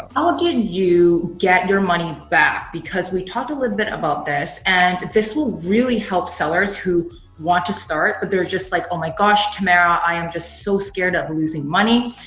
how did you get your money back? because we talked a little bit about this and this will really help sellers who want to start but they're just like, oh my gosh, tamara, i am just so scared of losing money.